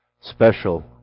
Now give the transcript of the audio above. special